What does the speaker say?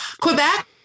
quebec